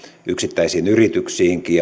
yksittäisiin yrityksiinkin